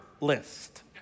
list